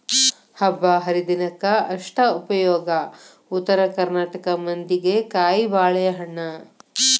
ಹಬ್ಬಾಹರಿದಿನಕ್ಕ ಅಷ್ಟ ಉಪಯೋಗ ಉತ್ತರ ಕರ್ನಾಟಕ ಮಂದಿಗೆ ಕಾಯಿಬಾಳೇಹಣ್ಣ